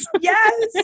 Yes